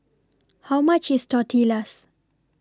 How much IS Tortillas